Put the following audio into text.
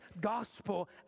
gospel